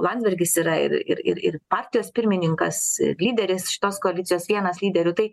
landsbergis yra ir ir ir ir partijos pirmininkas lyderis šitos koalicijos vienas lyderių tai